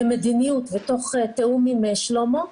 כמדיניות ותוך תיאום עם שלמה,